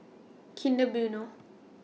Kinder Bueno